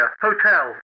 Hotel